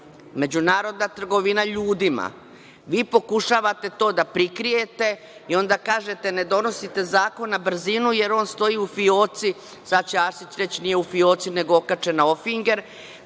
Međunarodna trgovina ljudima. Vi pokušavate da to prikrijete i onda kažete, ne donosite zakon na brzinu, jer on stoji u fioci, sada će Arsić reći, nije u fioci nego okačen na ofinger,